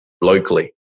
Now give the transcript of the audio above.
locally